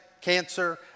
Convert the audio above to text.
cancer